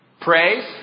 Praise